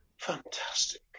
fantastic